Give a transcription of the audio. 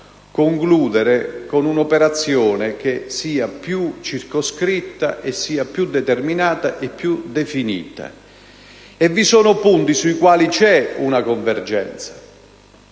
concludere con un'operazione che sia più circoscritta, più determinata e definita. Vi sono punti sui quali c'è una convergenza: